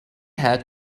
had